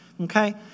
Okay